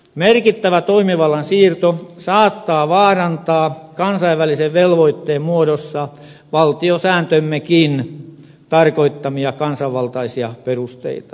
merkittävä toimivallan siirto saattaa vaarantaa kansainvälisen velvoitteen muodossa valtiosääntömmekin tarkoittamia kansanvaltaisia perusteita